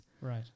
Right